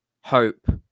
hope